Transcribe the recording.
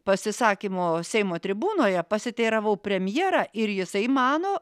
pasisakymo seimo tribūnoje pasiteiravau premjerą ir jisai mano